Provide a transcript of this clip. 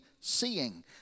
seeing